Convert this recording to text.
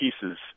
pieces